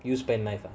use pen knife ah